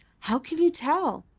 how can you tell?